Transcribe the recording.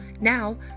now